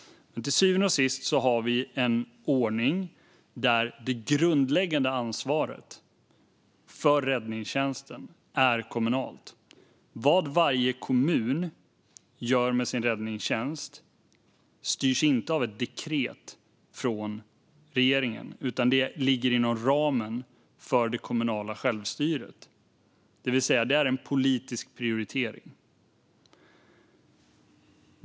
Till syvende och sist har vi en ordning där det grundläggande ansvaret för räddningstjänsten är kommunalt. Vad varje kommun gör med sin räddningstjänst styrs inte av ett dekret från regeringen, utan det ligger inom ramen för det kommunala självstyret. Det är alltså en politisk prioritering.